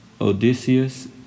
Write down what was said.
Odysseus